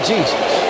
Jesus